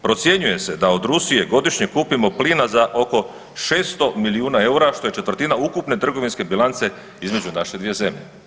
Procjenjuje se da od Rusije godišnje kupimo plina za oko 600 milijuna EUR-a što je četvrtina ukupne trgovinske bilance između naše dvije zemlje.